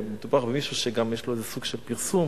מדובר במישהו שיש לו איזה סוג של פרסום,